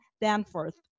Danforth